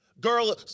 Girl